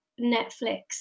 Netflix